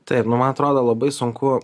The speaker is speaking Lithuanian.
taip nu man atrodo labai sunku